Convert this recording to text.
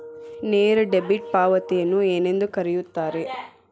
ನೇರ ಡೆಬಿಟ್ ಪಾವತಿಯನ್ನು ಏನೆಂದು ಕರೆಯುತ್ತಾರೆ?